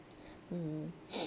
mm